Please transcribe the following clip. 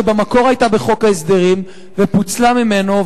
שבמקור היתה בחוק ההסדרים ופוצלה ממנו,